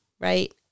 right